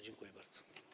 Dziękuję bardzo.